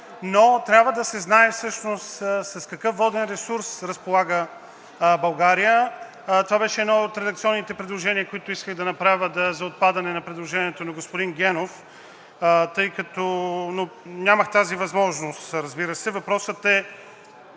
но трябва да се знае с какъв воден ресурс разполага България. Това беше едно от редакционните предложения, които исках да направя за отпадане на предложението на господин Генов, но нямах тази възможност, разбира се. Въпросът е,